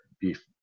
beef